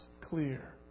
clear